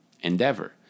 endeavor